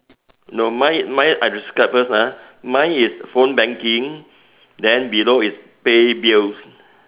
no mine mine I describe first ah mine is phone banking then below is pay bills